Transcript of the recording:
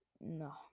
no